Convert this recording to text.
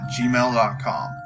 gmail.com